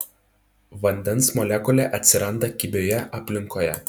vandens molekulė atsiranda kibioje aplinkoje